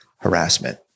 harassment